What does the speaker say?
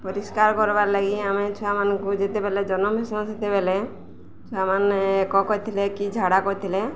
ପରିଷ୍କାର କର୍ବାର୍ ଲାଗି ଆମେ ଛୁଆମାନଙ୍କୁ ଯେତେବେଲେ ଜନମ ହେଇସନ୍ ସେତେବେଲେ ଛୁଆମାନେ ଏକ କରିଥିଲେ କି ଝାଡ଼ା କରିଥିଲେ